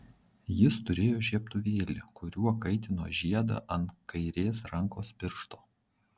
jis turėjo žiebtuvėlį kuriuo kaitino žiedą ant kairės rankos piršto